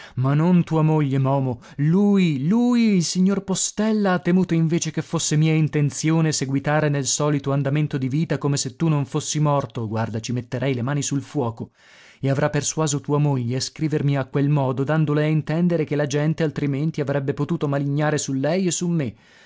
ma non tua moglie momo lui lui il signor postella ha temuto invece che fosse mia intenzione seguitare nel solito andamento di vita come se tu non fossi morto guarda ci metterei le mani sul fuoco e avrà persuaso tua moglie a scrivermi a quel modo dandole a intendere che la gente altrimenti avrebbe potuto malignare su lei e su me